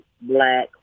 black